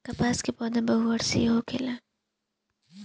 कपास के पौधा बहुवर्षीय होखेला